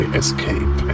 escape